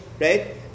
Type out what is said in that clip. right